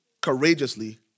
courageously